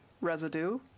residue